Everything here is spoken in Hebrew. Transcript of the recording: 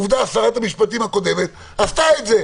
עובדה, שרת המשפטים הקודמת עשתה את זה.